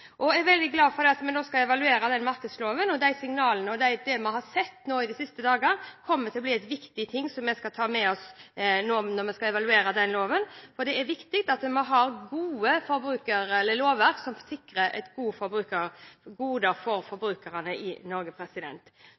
– jeg vil si – useriøse bedrifter ikke forholder seg til den markedsloven som vi har i dag. Jeg er veldig glad for at vi nå skal evaluere den markedsloven. De signalene vi har sett de siste dagene, kommer til å bli viktig å ta med når vi nå skal evaluere den loven. Det er viktig at vi har gode lovverk som sikrer goder for forbrukerne i Norge.